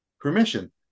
permission